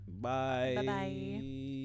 bye